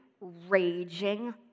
raging